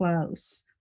close